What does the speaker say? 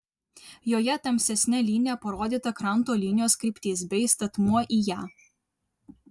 joje tamsesne linija parodyta kranto linijos kryptis bei statmuo į ją